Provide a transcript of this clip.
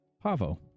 Pavo